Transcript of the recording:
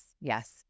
yes